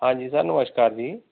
ਹਾਂਜੀ ਸਰ ਨਮਸਕਾਰ ਜੀ